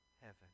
heaven